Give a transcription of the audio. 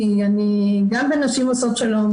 כי אני גם בנשים עושות שלום,